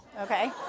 okay